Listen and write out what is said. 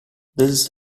this